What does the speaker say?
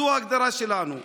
זו ההגדרה שלנו.